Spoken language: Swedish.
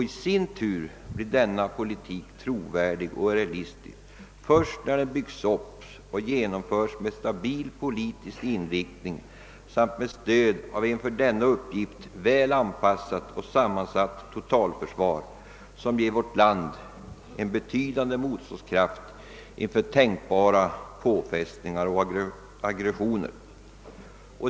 I sin tur blir denna politik trovärdig och realistisk först när den byggs upp och genomföres med stabil politisk inriktning samt med stöd av ett för denna uppgift väl anpassat och sammansatt totalförsvar, som ger vårt land en betydande motståndskraft inför tänkbara påfrestningar och aggressioner.